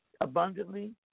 Abundantly